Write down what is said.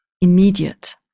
immediate